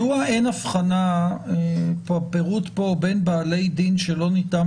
מדוע אין אבחנה בפירוט פה בין בעלי דין שלא ניתן